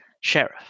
Sheriff